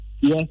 Yes